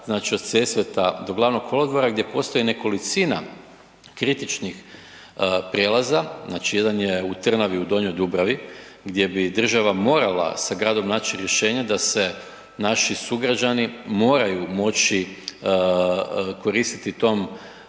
znači od Sesveta do Gl. kolodvora gdje postoji nekolicina kritičnih prijelaza, znači jedan je u Trnavi, u Donjoj Dubravi gdje bi država se morala sa gradom naći rješenje da se naši sugrađani moraju moći koristiti tom